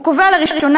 הוא קובע לראשונה,